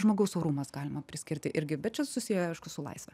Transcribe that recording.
žmogaus orumas galima priskirti irgi bet čia susiję su laisve